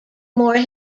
more